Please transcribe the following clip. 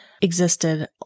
existed